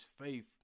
faith